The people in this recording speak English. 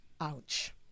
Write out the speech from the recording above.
ouch